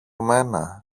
μένα